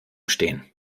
stehen